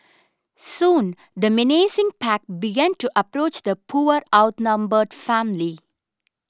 soon the menacing pack began to approach the poor outnumbered family